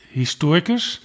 historicus